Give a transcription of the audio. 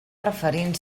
referint